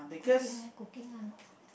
cooking ah cooking ah not